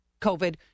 COVID